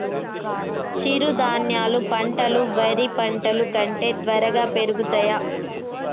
చిరుధాన్యాలు పంటలు వరి పంటలు కంటే త్వరగా పెరుగుతయా?